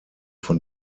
von